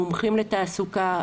מומחים לתעסוקה,